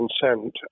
consent